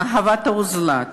ואהבת הזולת